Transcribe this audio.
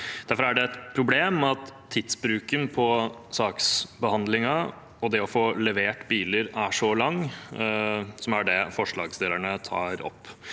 Derfor er det et problem at tidsbruken i saksbehandlingen og når det gjelder å få levert biler, er så lang, som er det forslagsstillerne tar opp.